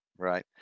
Right